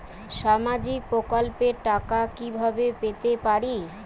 সামাজিক প্রকল্পের টাকা কিভাবে পেতে পারি?